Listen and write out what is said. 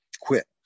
quit